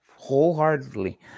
wholeheartedly